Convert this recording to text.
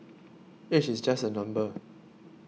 age is just a number